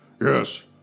Yes